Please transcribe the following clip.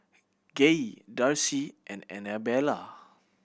Gaye Darci and Anabella